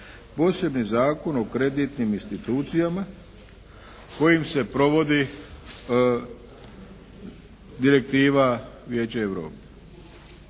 posebni Zakon o kreditnim institucijama kojim se provodi direktiva Vijeća Europe.